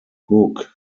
hook